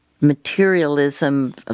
materialism